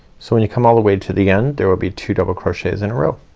so when you come all the way to the end, there will be two double crochets in a row.